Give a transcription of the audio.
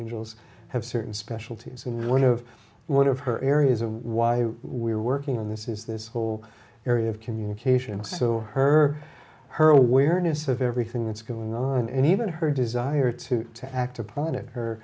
angles i have certain specialties and one of one of her areas of why we're working on this is this whole area of communication and so her her awareness of everything that's going on and even her desire to act upon it